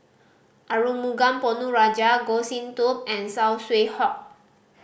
Arumugam Ponnu Rajah Goh Sin Tub and Saw Swee Hock